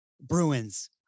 Bruins